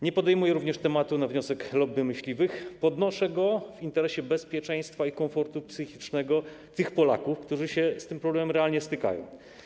Nie podejmuję również tematu na wniosek lobby myśliwych, podnoszę go w interesie bezpieczeństwa i komfortu psychicznego tych Polaków, którzy się z tym problemem realnie stykają.